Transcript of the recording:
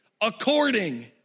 According